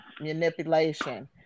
manipulation